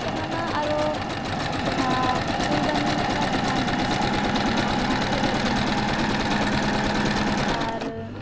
ᱡᱟᱦᱟᱱᱟᱜ ᱟᱨᱚ ᱡᱟᱦᱟᱸ ᱯᱷᱩᱞ ᱫᱟᱱᱤ ᱞᱮᱠᱟ ᱡᱟᱦᱟᱸ ᱡᱤᱱᱤᱥᱠᱩᱡ ᱛᱟᱦᱮᱱᱟ ᱚᱱᱟᱠᱩᱡ ᱦᱚᱞᱮ ᱵᱮᱱᱟᱣ ᱮᱫ ᱠᱟᱱ ᱛᱟᱦᱮᱱ ᱟᱨ